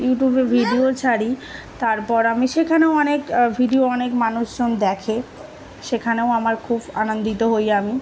ইউটিউবে ভিডিও ছাড়ি তারপর আমি সেখানেও অনেক ভিডিও অনেক মানুষজন দেখে সেখানেও আমার খুব আনন্দিত হই আমি